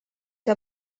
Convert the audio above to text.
que